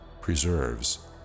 preserves